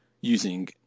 using